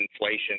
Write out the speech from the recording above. inflation